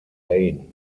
lane